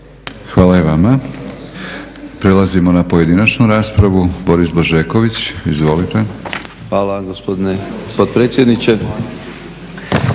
Hvala i vama. Prelazimo na pojedinačnu raspravu. Boris Blažeković, izvolite. **Blažeković, Boris